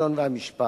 השלטון והמשפט.